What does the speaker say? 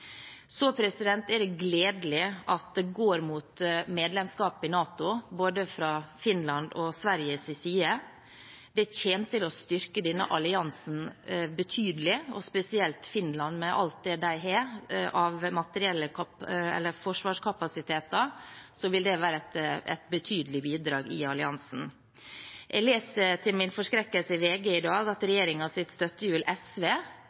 gledelig at det går mot medlemskap i NATO både fra Finlands og Sveriges side. Det kommer til å styrke denne alliansen betydelig. Spesielt Finland, med alt det de har av forsvarskapasiteter, vil være et betydelig bidrag i alliansen. Jeg leser til min forskrekkelse i VG i dag at regjeringens støttehjul SV